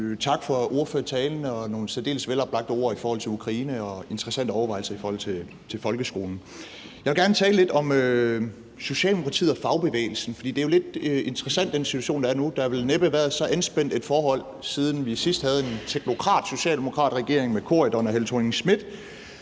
tak for ordførertalen og nogle særdeles veloplagte ord om Ukraine og interessante overvejelser om folkeskolen. Jeg vil gerne tale lidt om Socialdemokratiet og fagbevægelsen, for den situation, der er nu, er jo lidt interessant. Der har vel næppe været så anspændt et forhold, siden vi sidst havde en teknokratsocialdemokratregering med Bjarne Corydon og